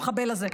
המחבל הזה.